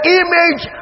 image